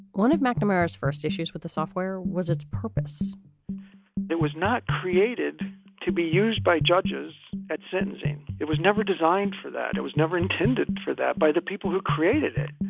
one of mcnamara's first issues with the software was its purpose it was not created to be used by judges at sentencing. it was never designed for that. it was never intended for that by the people who created it.